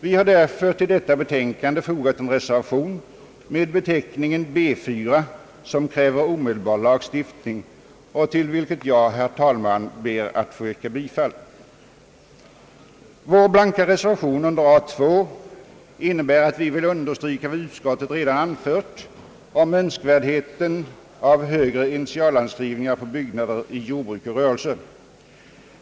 Vi har av den anledningen till detta betänkande fogat en reservation med beteckningen B 4 som kräver omedelbar lagstiftning och till vilken jag ber att få yrka bifall. Vår blanka reservation under A 2 innebär att vi vill understryka vad utskottet anfört om önskvärdheten av högre initialavskrivning på byggnader i jordbruk och rörelse.